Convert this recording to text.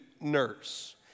nurse